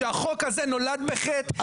שהחוק הזה נולד בחטא,